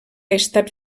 estat